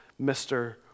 Mr